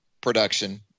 production